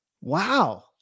Wow